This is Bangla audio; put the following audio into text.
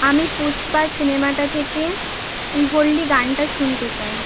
আমি পুষ্পা সিনেমাটা থেকে শ্রীভল্লি গানটা শুনতে চাই